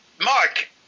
Mark